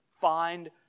Find